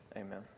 Amen